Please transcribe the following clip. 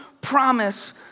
promise